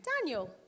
Daniel